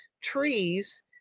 trees